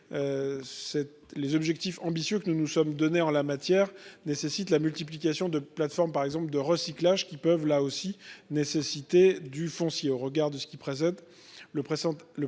les objectifs ambitieux que nous nous sommes donnés en la matière nécessite la multiplication de plateforme par exemple de recyclage qui peuvent là aussi nécessité du foncier au regard de ce qui précède le présente